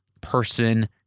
person